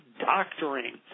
doctoring